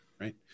right